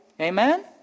Amen